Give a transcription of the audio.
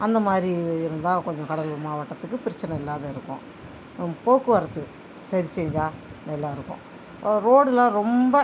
அந்தமாதிரி இருந்தால் கொஞ்சம் கடலூர் மாவட்டத்துக்கு பிரச்சின இல்லாத இருக்கும் போக்குவரத்து சரி செஞ்சால் நல்லாயிருக்கும் ரோடுலாம் ரொம்ப